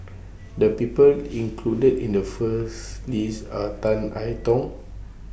The People included in The First list Are Tan I Tong